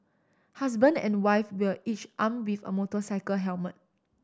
husband and wife were each armed with a motorcycle helmet